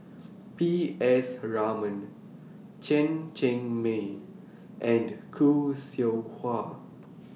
P S Raman Chen Cheng Mei and Khoo Seow Hwa